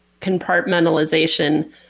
compartmentalization